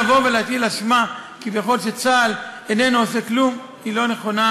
לבוא ולהטיל אשמה כביכול שצה"ל איננו עושה כלום היא לא נכונה,